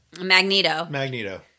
Magneto